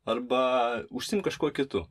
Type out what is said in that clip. arba užsiimk kažkuo kitu